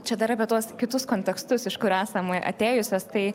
čia dar apie tuos kitus kontekstus iš kur esamai atėjusios tai